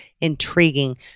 intriguing